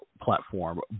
platform